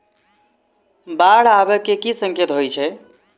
बाढ़ आबै केँ की संकेत होइ छै?